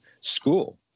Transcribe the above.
School